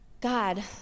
God